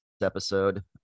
episode